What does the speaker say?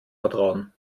vertrauen